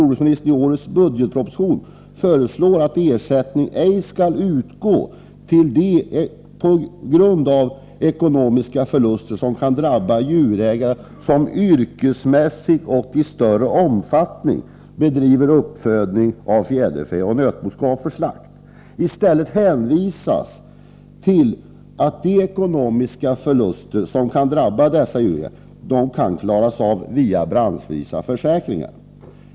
Jordbruksministern föreslår i årets budgetproposition att ersättning ej skall utgå för de ekonomiska förluster som på grund av salmonella kan drabba de djurägare som yrkesmässigt och i större omfattning bedriver uppfödning av fjäderfä och nötboskap för slakt. I propositionen hänvisas till att de ekonomiska förluster som kan drabba dessa djurägare kan klaras via branschvisa försäkringar.